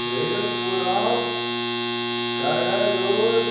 Villupuram Cuddalore